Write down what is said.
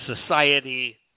society